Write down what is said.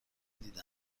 دیده